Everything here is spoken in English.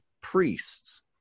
priests